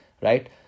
right